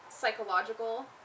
psychological